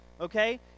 Okay